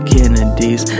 Kennedys